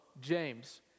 James